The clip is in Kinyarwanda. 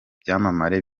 byamamare